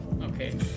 Okay